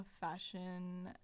fashion